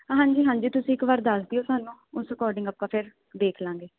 ਹਾਂਜੀ ਹਾਂਜੀ ਤੁਸੀਂ ਇੱਕ ਵਾਰ ਦੱਸ ਦਿਓ ਸਾਨੂੰ ਉਸ ਅਕੋਰਡਿੰਗ ਆਪਾਂ ਫਿਰ ਦੇਖ ਲਾਂਗੇ